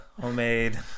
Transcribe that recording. homemade